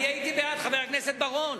אני הייתי בעד, חבר הכנסת בר-און.